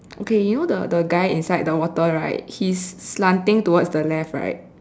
okay you know the the guy inside the water right he is slanting towards to the left right